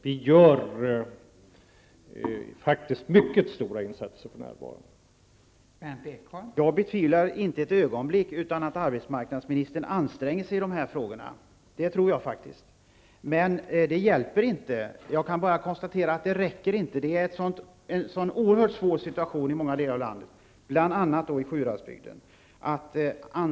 Vi gör faktiskt mycket stora insatser för närvarande.